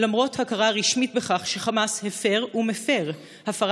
למרות ההכרה הרשמית בכך שחמאס הפר ומפר הפרה